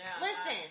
Listen